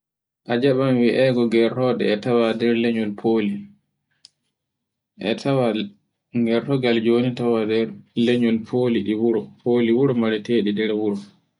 A jaba mi iyai gorode e tawa e lenyol foli. E tawa e nyerrugal joni e tawa nder lanyol foli, foli wuro marete ɗi nder wuro.